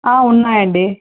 ఉన్నాయి అండి